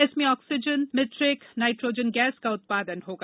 इसमें oxygen metric nitrogen gas का उत्पादन होगा